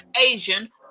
asian